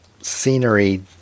scenery